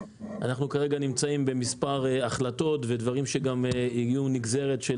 אנחנו כרגע נמצאים במספר החלטות ודברים שגם יהיו נגזרת של